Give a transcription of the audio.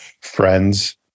Friends